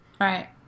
right